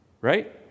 right